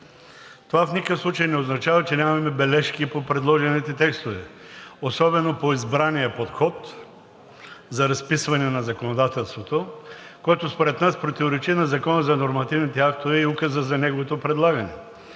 Това в никакъв случай не означава, че нямаме бележки по предложените текстове, особено по избрания подход за разписване на законодателството, което според нас противоречи на Закона за нормативните актове и указа за неговото предлагане.